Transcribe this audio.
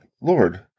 Lord